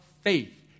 faith